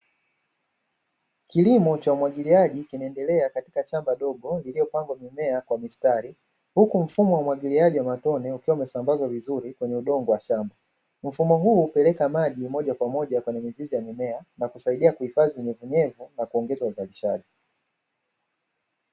Kilimo cha umwagiliaji kinaendelea katika shamba dogo lililopandwa mimea kwa mistari huku mfumo wa umwagiliaji wa matone ukiwa umesambazwa vizuri kwenye udongo wa shamba. Mfumo huu hupeleka maji moja kwa moja kwenye mizizi ya mimea na kusaidia kuhifadhi unyevuunyevu na kuongeza uzalishaji.